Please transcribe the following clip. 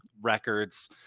records